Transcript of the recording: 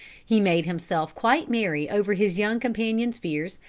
he made himself quite merry over his young companion's fears,